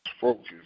Focus